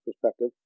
perspective